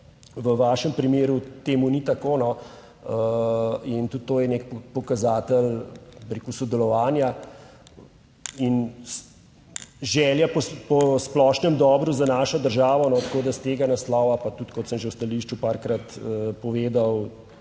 v vašem primeru temu ni tako, no, in tudi to je nek pokazatelj, bi rekel, sodelovanja in želja po splošnem dobro za našo državo. Tako da s tega naslova, pa tudi kot sem že v stališču parkrat povedal,